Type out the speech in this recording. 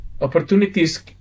opportunities